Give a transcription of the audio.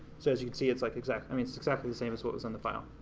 so as you can see, it's like exactly i mean it's exactly the same as what was in the file.